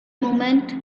movement